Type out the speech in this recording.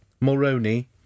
Moroni